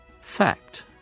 Fact